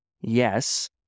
Yes